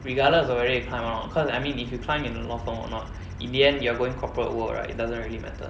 regardless of whether you climb or not cause I mean if you climb in the law firm or not in the end you are going corporate world right it doesn't really matter